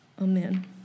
amen